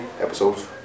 Episodes